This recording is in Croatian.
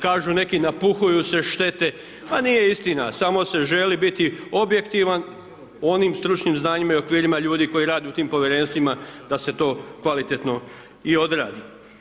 Kažu neki, napuhuju se štete, a nije istina, samo se želi biti objektivan u onim stručnim znanjima ljudi koji rade u tim Povjerenstvima, da se to kvalitetno i odradi.